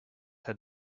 had